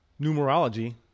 numerology